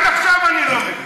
עד עכשיו אני לא מבין.